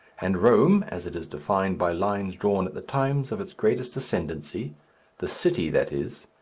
and rome as it is defined by lines drawn at the times of its greatest ascendancy the city, that is,